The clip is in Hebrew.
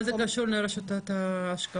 מה זה קשור לרשות ההשקעות?